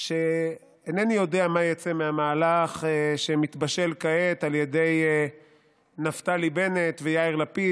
אינני יודע מה יצא מהמהלך שמתבשל כעת על ידי נפתלי בנט ויאיר לפיד.